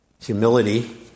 Humility